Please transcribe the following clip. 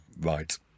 right